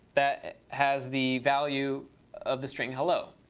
that has the value of the string, hello.